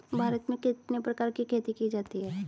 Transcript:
भारत में कितने प्रकार की खेती की जाती हैं?